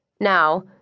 Now